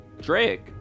drake